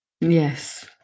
Yes